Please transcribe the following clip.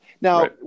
Now